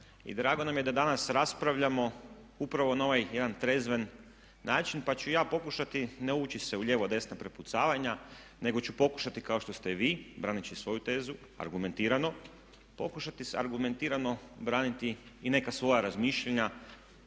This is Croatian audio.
drago nam je da danas raspravljamo upravo na ovaj jedan trezven način. Pa ću ja pokušati se ne uvući u lijevo, desno prepucavanja, nego ću pokušati kao što ste vi braneći svoju tezu argumentirano, pokušati se argumentirano braniti i neka svoja razmišljanja